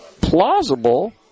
plausible